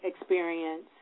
experience